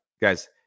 Guys